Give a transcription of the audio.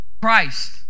Christ